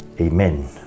amen